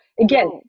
again